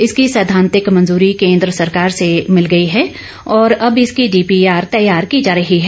इसकी सैद्वांतिक मंजूरी केन्द्र सरकार से मिल गई है और अब इसकी डीपीआर तैयार की जा रही है